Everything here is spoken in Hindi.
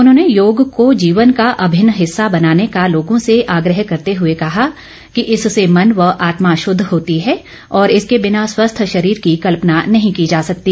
उन्होंने योग को जीवन का अभिन्न हिस्सा बनाने का लोगों से आग्रह करते हुए कहा कि इससे मन व आत्मा शद्ध होती है और इसके बिना स्वस्थ शरीर की कल्पना नहीं की जा सकती